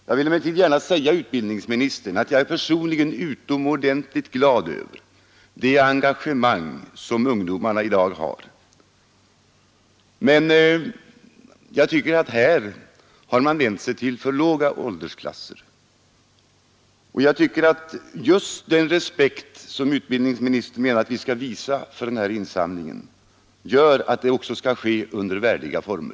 Jag vill gärna säga till utbildningsministern att jag personligen är utomordentligt glad över det engagemang som ungdomarna i dag har, men jag tycker att man här har vänt sig till för låga åldersklasser och att just det förhållandet att, som utbildningsministern säger, vi skall visa respekt för insamlingen gör att den också måste ske under värdiga former.